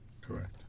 Correct